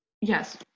yes